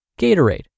Gatorade